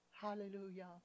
Hallelujah